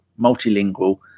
multilingual